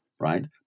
right